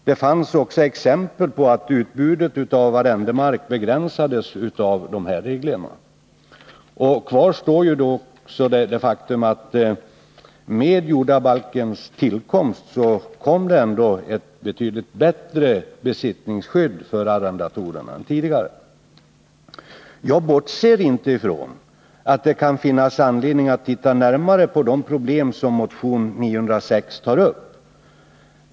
Det fanns också exempel på att utbudet av arrendemark begränsades av reglerna. Kvar står också det faktum att besittningsskyddet för arrendatorerna ändå blev betydligt bättre i och med jordbalkens tillkomst. Jag bortser inte ifrån att det kan finnas anledning att titta närmare på de problem som tas upp i motion 906.